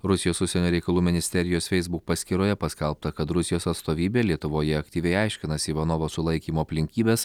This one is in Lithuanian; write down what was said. rusijos užsienio reikalų ministerijos feisbuk paskyroje paskelbta kad rusijos atstovybė lietuvoje aktyviai aiškinasi ivanovo sulaikymo aplinkybes